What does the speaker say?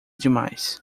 demais